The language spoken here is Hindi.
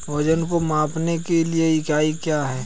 वजन को मापने के लिए इकाई क्या है?